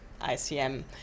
ICM